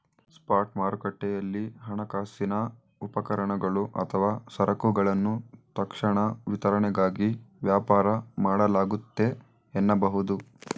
spot ಮಾರುಕಟ್ಟೆಯಲ್ಲಿ ಹಣಕಾಸಿನ ಉಪಕರಣಗಳು ಅಥವಾ ಸರಕುಗಳನ್ನ ತಕ್ಷಣ ವಿತರಣೆಗಾಗಿ ವ್ಯಾಪಾರ ಮಾಡಲಾಗುತ್ತೆ ಎನ್ನಬಹುದು